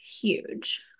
huge